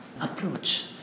approach